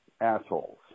assholes